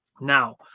Now